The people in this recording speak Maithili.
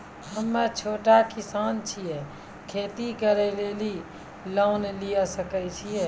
हम्मे छोटा किसान छियै, खेती करे लेली लोन लिये सकय छियै?